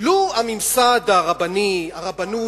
לו נהגו הממסד הרבני, הרבנות,